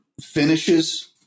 finishes